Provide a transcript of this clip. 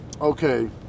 Okay